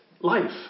life